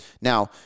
Now